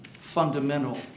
fundamental